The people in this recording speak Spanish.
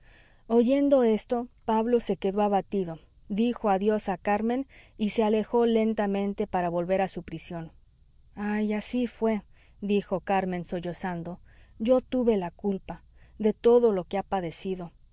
oyendo esto pablo se quedó abatido dijo adiós a carmen y se alejó lentamente para volver a su prisión ay así fué dijo carmen sollozando yo tuve la culpa de todo lo que ha padecido